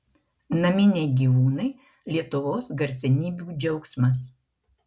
naminiai gyvūnai lietuvos garsenybių džiaugsmas